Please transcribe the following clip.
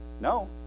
No